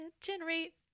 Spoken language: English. generate